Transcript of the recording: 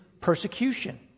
persecution